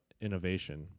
innovation